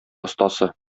остасы